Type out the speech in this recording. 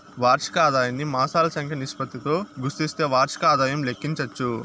వార్షిక ఆదాయాన్ని మాసాల సంఖ్య నిష్పత్తితో గుస్తిస్తే వార్షిక ఆదాయం లెక్కించచ్చు